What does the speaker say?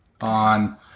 on